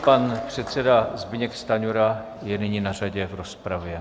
Pan předseda Zbyněk Stanjura je nyní řadě v rozpravě.